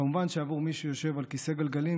כמובן שעבור מי שיושב על כיסא גלגלים,